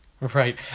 Right